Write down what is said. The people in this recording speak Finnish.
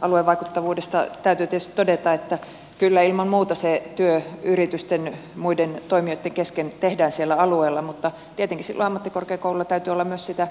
aluevaikuttavuudesta täytyy tietysti todeta että kyllä ilman muuta se työ yritysten muiden toimijoitten kesken tehdään siellä alueella mutta tietenkin silloin ammattikorkeakouluilla täytyy olla myös sitä